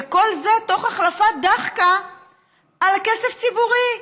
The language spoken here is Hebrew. וכל זה תוך החלפת דחקה על כסף ציבורי.